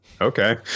Okay